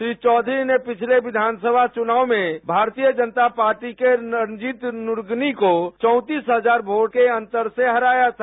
श्री चौधरी ने पिछले विधान समा चुनाव में भारतीय जनता पार्टी के रणजीत निर्गुणी को चौतीस हजार वोट के अंतर से हराया था